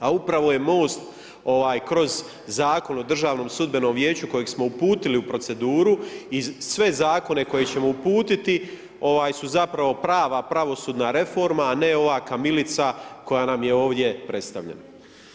A upravo je MOST kroz Zakon o Državnom sudbenom vijeću kojeg smo uputili u proceduru i sve zakone koje ćemo uputiti su zapravo prava pravosudna reforma, a ne ova kamilica koja nam je ovdje predstavljena.